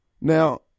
Now